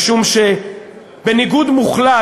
משום שבניגוד מוחלט,